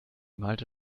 malte